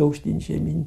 aukštyn žemyn